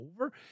over